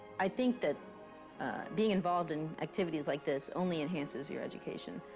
i think that being involved in activities like this only enhances your education.